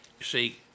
see